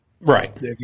Right